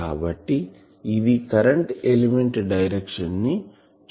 కాబట్టి ఇది current element direction ని చూపిస్తుంది